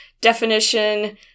definition